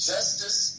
Justice